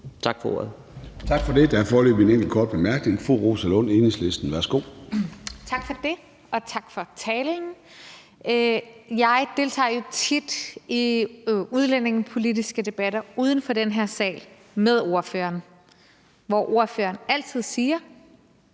Tak for det. Der er foreløbig en enkelt kort bemærkning fra fru Rosa Lund, Enhedslisten. Værsgo. Kl. 15:30 Rosa Lund (EL): Tak for det. Og tak for talen. Jeg deltager jo tit i udlændingepolitiske debatter uden for den her sal sammen med ordføreren, hvor ordføreren altid siger,